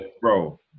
Bro